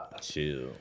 Chill